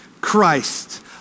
Christ